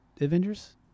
Avengers